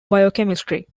biochemistry